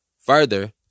Further